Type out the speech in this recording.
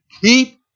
keep